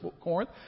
Corinth